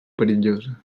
perillosa